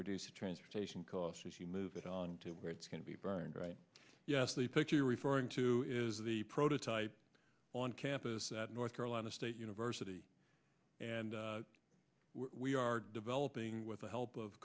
reduce transportation costs which you move it on to where it's going to be burned right yes the picture you're referring to is the prototype on campus at north carolina state university and we are developing with the help of